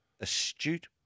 astute